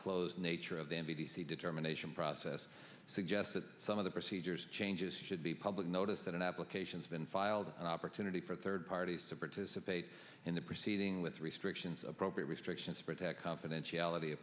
close nature of the m d c determination process suggests that some of the procedures changes should be public notice that applications been filed an opportunity for third parties to participate in the proceeding with restrictions appropriate restrictions to protect confidentiality